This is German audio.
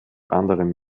anderem